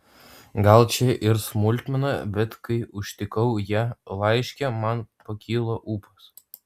gal čia ir smulkmena bet kai užtikau ją laiške man pakilo ūpas